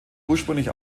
ursprünglich